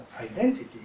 identity